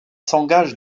s’engage